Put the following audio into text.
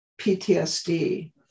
PTSD